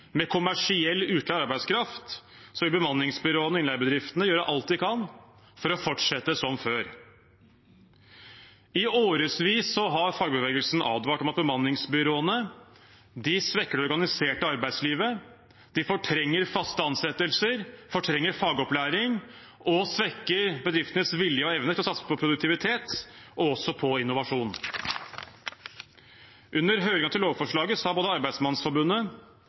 med kommersiell utleie av arbeidskraft, vil bemanningsbyråene og innleiebedriftene gjøre alt de kan for å fortsette som før. I årevis har fagbevegelsen advart om at bemanningsbyråene svekker det organiserte arbeidslivet, fortrenger faste ansettelser, fortrenger fagopplæring og svekker bedriftenes vilje og evne til å satse på produktivitet og innovasjon. Under høringen om lovforslaget sa både